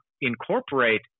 incorporate